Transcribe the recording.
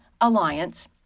Alliance